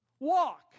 walk